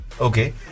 Okay